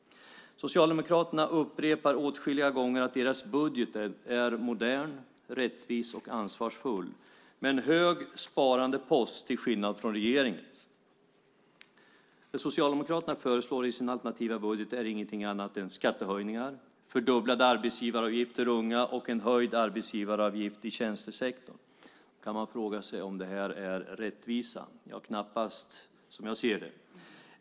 Socialdemokraterna upprepar åtskilliga gånger att deras budget är modern, rättvis och ansvarsfull med en hög sparandepost till skillnad från regeringens. Det Socialdemokraterna föreslår i sin alternativa budget är ingenting annat än skattehöjningar, fördubblad arbetsgivaravgift för unga och en höjd arbetsgivaravgift i tjänstesektorn. Man kan fråga sig om det är rättvisa - knappast, som jag ser det.